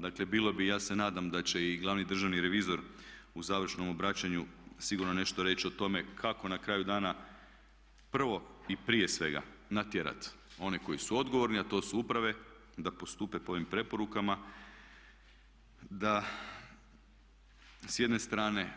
Dakle bilo bi i ja se nadam da će i glavni državni revizor u završnom obraćanju sigurno nešto reći o tome kako na kraju dana prvo i prije svega natjerati one koji su odgovorni, a to su uprave, da postupe po ovim preporukama da s jedne strane